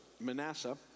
Manasseh